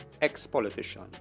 ex-politician